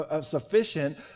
sufficient